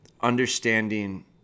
understanding